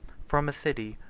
from a city,